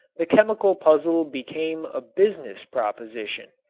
the chemical puzzle became a business proposition.